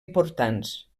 importants